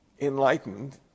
enlightened